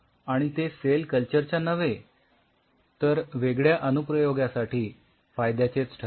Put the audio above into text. आणि ते सेल कल्चरच्या नव्हे तर वेगळ्या अनुप्रयोगासाठी फायद्याचेच ठरेल